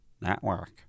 Network